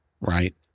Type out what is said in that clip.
right